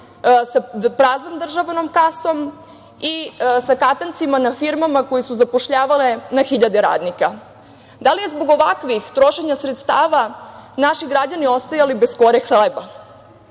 sa praznom državnom kasom i sa katancima na firmama koje su zapošljavale na hiljade radnika. Da li su zbog ovakvih trošenja sredstava naši građani ostajali bez kore hleba?